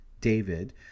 David